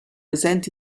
esenti